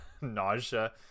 nausea